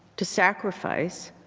to sacrifice,